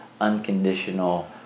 unconditional